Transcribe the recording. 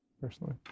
personally